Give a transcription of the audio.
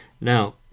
Now